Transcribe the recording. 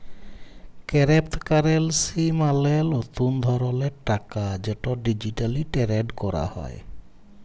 কেরেপ্তকারেলসি মালে লতুল ধরলের টাকা যেট ডিজিটালি টেরেড ক্যরা হ্যয়